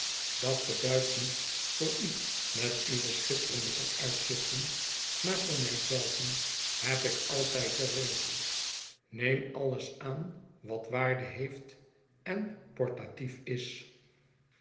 dat beduidt niets voor u met uwe schitterende vooruitzichten maar voor mij zelven heb ik altijd den regel neem alles aan wat waarde heeft en portatief is